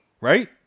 right